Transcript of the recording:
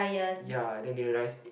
ya then they realise it